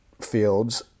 fields